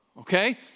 okay